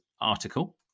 article